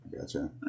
Gotcha